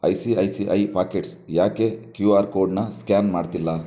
I C I C I pockets ಯಾಕೆ Q R ಕೋಡ್ನ scan ಮಾಡ್ತಿಲ್ಲ